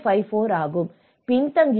54 ஆகவும் பின்தங்கியவர்கள் 13